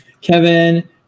Kevin